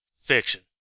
Fiction